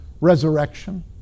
resurrection